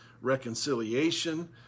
reconciliation